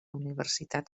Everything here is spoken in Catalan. universitat